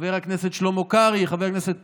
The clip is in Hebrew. חבר הכנסת שלמה קרעי, חבר הכנסת פרוש,